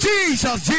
Jesus